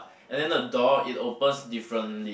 and then the door it opens differently